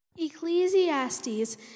Ecclesiastes